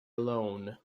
alone